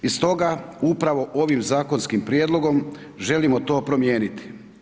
I stoga upravo ovim zakonskim prijedlogom želimo to promijeniti.